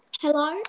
Hello